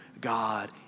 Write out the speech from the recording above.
God